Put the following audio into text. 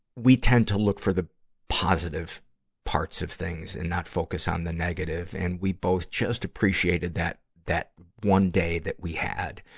we tend to look for the positive parts of things and not focus on the negative. and we both just appreciated that, that one day that we had.